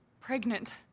pregnant